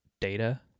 data